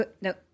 No